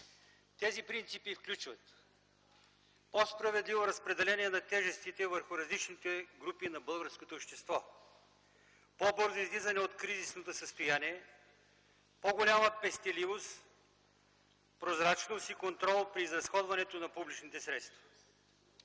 Тези принципи включват: по-справедливо разпределение на тежестите върху различните групи на българското общество; по-бързо излизане от кризисното състояние; по-голяма пестеливост, прозрачност и контрол при изразходването на публичните средства.